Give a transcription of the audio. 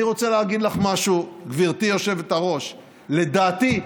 אני רוצה להגיד לך משהו, גברתי היושבת-ראש: לדעתי,